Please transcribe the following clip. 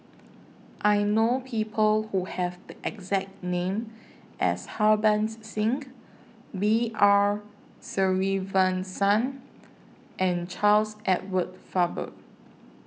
I know People Who Have The exact name as Harbans Singh B R Sreenivasan and Charles Edward Faber